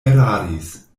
eraris